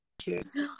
kids